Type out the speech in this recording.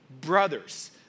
brothers